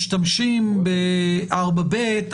משתמשים ב-4ב,